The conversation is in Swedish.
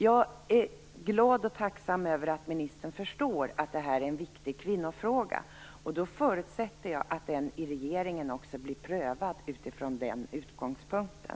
Jag är glad och tacksam över att ministern förstår att det här är en viktig kvinnofråga. Då förutsätter jag att man i regeringen också prövar frågan utifrån den utgångspunkten.